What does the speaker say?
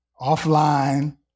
offline